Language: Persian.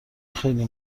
خیلی